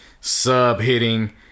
sub-hitting